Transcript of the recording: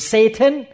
Satan